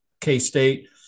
k-state